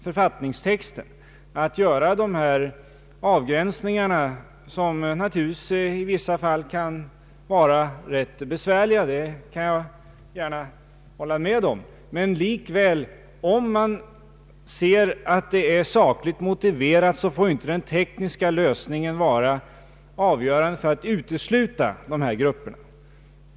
Jag kan hålla med om att det i vissa fall kan va ra ganska besvärligt att göra dessa avgränsningar, men likväl får inte den tekniska lösningen vara avgörande för att utesluta dessa grupper, om man anser att det är sakligt motiverat att inbegripa dem.